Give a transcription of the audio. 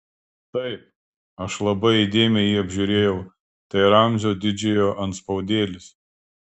taip aš labai įdėmiai jį apžiūrėjau tai ramzio didžiojo antspaudėlis